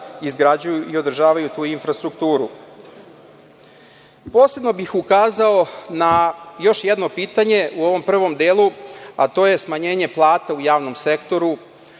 izgrađuju i održavaju tu infrastrukturu. Posebno bih ukazao na još jedno pitanje u ovom prvom delu, a to je smanjenje plata u javnom sektoru,